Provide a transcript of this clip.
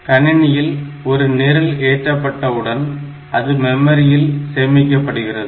கணினியில் ஒரு நிரல் ஏற்றப்பட்டவுடன் அது மெமரியில் சேமிக்கப்படுகிறது